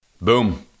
Boom